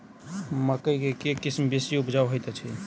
मकई केँ के किसिम बेसी उपजाउ हएत अछि?